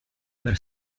per